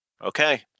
Okay